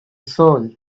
soul